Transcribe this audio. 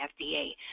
FDA